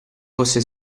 fosse